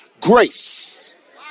grace